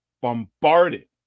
bombarded